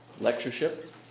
Lectureship